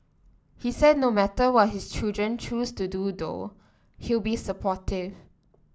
he said no matter what his children choose to do though he'll be supportive